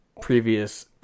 previous